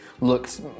Looks